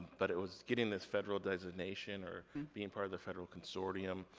but it was getting this federal designation, or being part of the federal consortium.